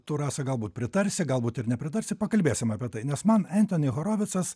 tu rasa galbūt pritarsi galbūt ir nepratarsi pakalbėsim apie tai nes man entoni horovicas